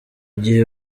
gihe